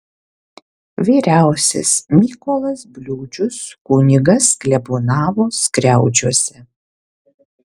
vyriausias mykolas bliūdžius kunigas klebonavo skriaudžiuose